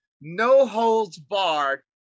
no-holds-barred